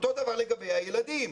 אותו דבר לגבי הילדים.